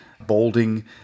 Balding